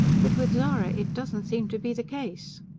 but with zara it doesn't seem to be the case.